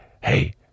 hey